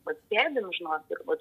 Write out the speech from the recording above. vat sėdim žinot ir vat